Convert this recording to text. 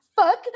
fuck